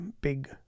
big